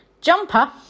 jumper